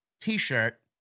T-shirt